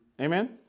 Amen